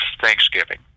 Thanksgiving